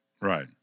right